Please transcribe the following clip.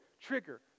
trigger